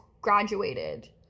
graduated